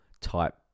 type